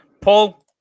Paul